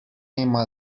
ima